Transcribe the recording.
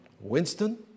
Winston